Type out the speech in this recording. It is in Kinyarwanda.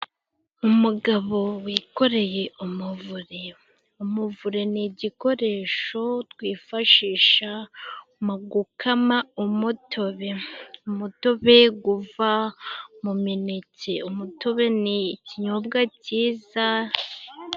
Umugabo wikoreye umuvure: umuvure ni igikoresho twifashisha mu gukama umutobe. Umutobe guva mu mineke. Umutobe ni ikinyobwa cyiza.